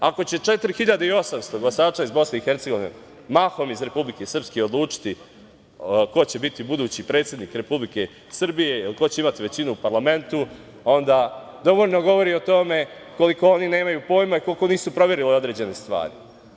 Ako će 4.800 glasača iz BiH, mahom iz Republike Srpske, odlučiti ko će biti budući predsednik Republike Srbije ili ko će imati većinu u parlamentu, onda dovoljno govori o tome koliko oni nemaju pojma i koliko nisu proverili određene stvari.